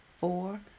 four